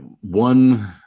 one